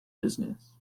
business